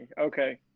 Okay